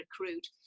recruit